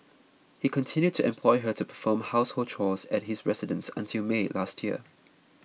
he continued to employ her to perform household chores at his residence until May last year